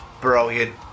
brilliant